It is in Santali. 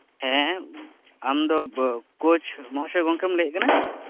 ᱦᱮᱸ ᱟᱢ ᱫᱚ ᱠᱳᱪ ᱢᱚᱦᱟᱥᱚᱭ ᱜᱚᱢᱠᱮᱢ ᱞᱟᱹᱭ ᱮᱫ ᱠᱟᱱᱟ